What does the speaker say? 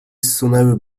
sunęły